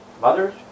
mother's